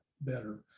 better